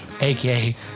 aka